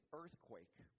earthquake